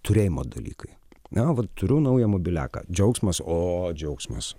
turėjimo dalykai na vat turiu naują mobiliaką džiaugsmas o džiaugsmas